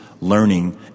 learning